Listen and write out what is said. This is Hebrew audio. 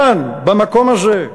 כאן, במקום הזה,